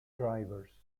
drivers